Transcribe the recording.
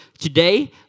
Today